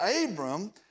Abram